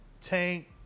Tank